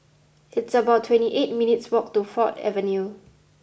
it's about twenty eight minutes' walk to Ford Avenue